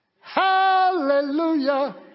Hallelujah